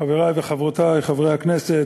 חברי וחברותי חברי הכנסת,